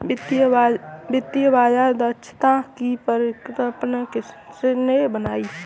वित्तीय बाजार दक्षता की परिकल्पना किसने बनाई?